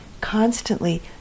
constantly